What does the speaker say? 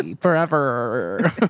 Forever